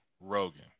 Rogan